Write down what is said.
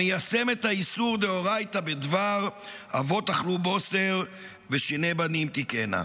המיישם את האיסור דאורייתא בדבר "אבות אכלו בֹסר ושיני בנים תקהינה".